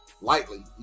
lightly